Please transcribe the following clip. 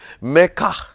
Mecca